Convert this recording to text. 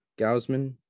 Gausman